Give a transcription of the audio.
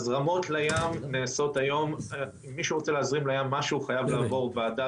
מי שרוצה היום להזרים משהו לים חייב לעבור ועדה